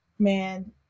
man